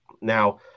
now